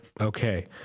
Okay